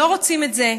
לא רוצים את זה,